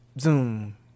zoom